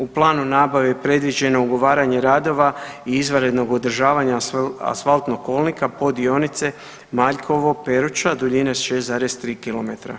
U planu nabave je predviđeno ugovaranje radova i izvanrednog održavanja asfaltnog kolnika od dionice Maljkovo – Peruča duljine 6,3 km.